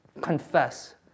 confess